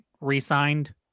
re-signed